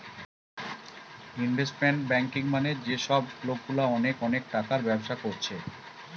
investment banking মানে যে সব লোকগুলা অনেক অনেক টাকার ব্যবসা কোরছে